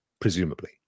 presumably